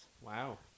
Wow